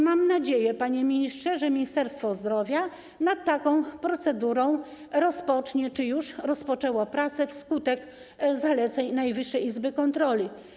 Mam nadzieję, panie ministrze, że Ministerstwo Zdrowia nad taką procedurą rozpocznie czy już rozpoczęło prace, zgodnie z zaleceniami Najwyższej Izby Kontroli.